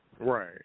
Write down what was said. Right